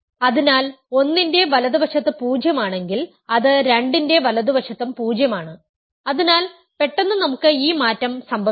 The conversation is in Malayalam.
അതിനാൽ 1 ന്റെ വലതുവശത്ത് 0 ആണെങ്കിൽ അത് 2 ന്റെ വലതുവശത്തും 0 ആണ് അതിനാൽ പെട്ടെന്ന് നമുക്ക് ഈ മാറ്റം സംഭവിക്കുന്നു